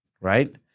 right